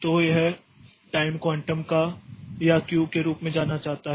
तो यह time quantum या क्यू के रूप में जाना जाता है